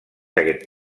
aquest